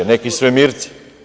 Neki svemirci?